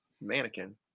mannequin